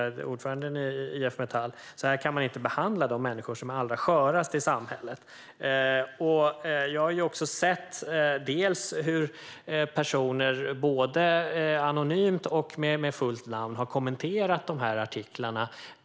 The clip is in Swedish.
Ordföranden i IF Metall sa: Så här kan man inte behandla de människor som är allra skörast i samhället. Jag har också sett hur personer, både anonymt och med fullständigt namn, har kommenterat dessa artiklar.